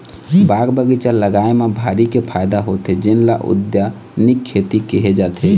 बाग बगीचा लगाए म भारी के फायदा होथे जेन ल उद्यानिकी खेती केहे जाथे